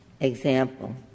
example